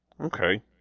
Okay